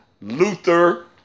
Luther